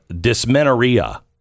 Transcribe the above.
dysmenorrhea